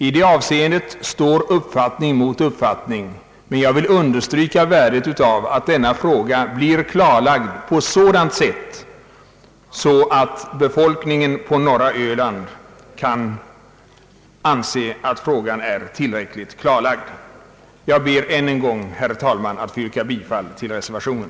I det avseendet står uppfattning mot uppfattning. Jag vill då understryka vikten av att denna fråga blir behandlad på ett sådant sätt att befolkningen på norra Öland kan anse att den är tillräckligt klarlagd. Jag ber än en gång, herr talman, att få yrka bifall till reservationen.